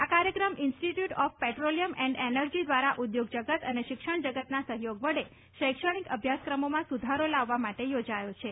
આ કાર્યક્રમ institute of petroleum and energy દ્વારા ઉદ્યોગ જગત અને શિક્ષણ જગતના સહયોગ વડે શૈક્ષણિક અભ્યાસક્રમોમાં સુધારો લાવવા માટે યોજાયો છે